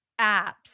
apps